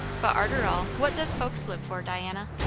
but arter all, what does folks live for, diana?